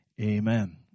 Amen